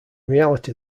reality